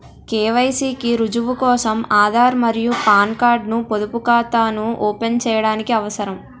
KYC కి రుజువు కోసం ఆధార్ మరియు పాన్ కార్డ్ ను పొదుపు ఖాతాను ఓపెన్ చేయడానికి అవసరం